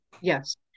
Yes